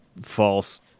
false